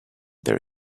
their